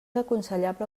aconsellable